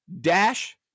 Dash